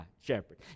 shepherd